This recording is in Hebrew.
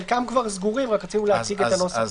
חלקם כבר סגורים, רק רצינו להציג את הנוסח.